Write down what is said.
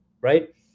right